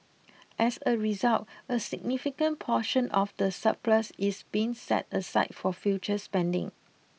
as a result a significant portion of the surplus is being set aside for future spending